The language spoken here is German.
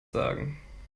sagen